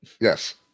Yes